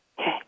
Okay